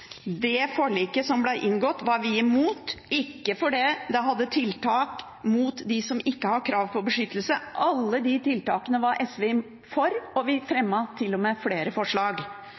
Det forliket som ble inngått, var vi imot, men ikke fordi det hadde tiltak mot dem som ikke har krav på beskyttelse. Alle de tiltakene var SV for, og vi fremmet til og med flere forslag.